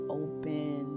open